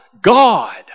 God